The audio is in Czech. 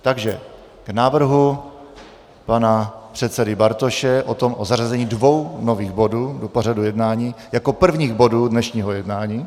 Takže k návrhu pana předsedy Bartoše o zařazení dvou nových bodů do pořadu jednání jako prvních bodů dnešního jednání.